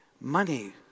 Money